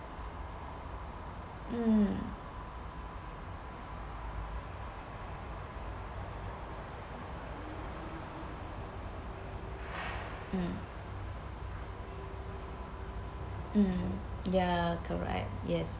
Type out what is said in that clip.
mm mm ya correct yes